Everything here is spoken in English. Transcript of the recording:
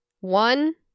one